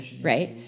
Right